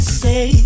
say